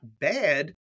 bad